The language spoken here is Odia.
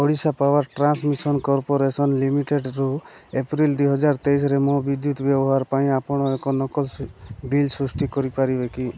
ଓଡ଼ିଶା ପାୱାର୍ ଟ୍ରାନ୍ସମିଶନ୍ କର୍ପୋରେସନ୍ ଲିମିଟେଡ଼୍ରୁ ଏପ୍ରିଲ ଦୁଇ ହଜାର ତେଇଶରେ ମୋ ବିଦ୍ୟୁତ ବ୍ୟବହାର ପାଇଁ ଆପଣ ଏକ ନକଲ ବିଲ୍ ସୃଷ୍ଟି କରିପାରିବେ କି